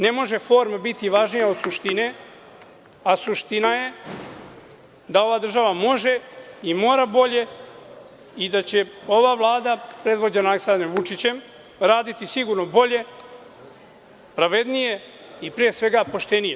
Ne može forma biti važnija od suštine, a suština je da ova država može i mora bolje i da će ova Vlada predvođena Aleksandrom Vučićem raditi sigurno bolje, pravednije i pre svega poštenije.